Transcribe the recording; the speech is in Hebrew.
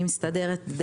אני מסתדרת.